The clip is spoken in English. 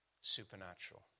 supernatural